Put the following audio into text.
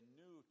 new